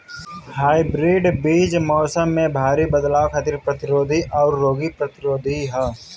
hybrid बीज मौसम में भारी बदलाव खातिर प्रतिरोधी आउर रोग प्रतिरोधी ह